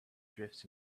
drifts